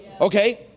okay